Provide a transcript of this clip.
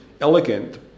elegant